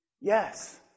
Yes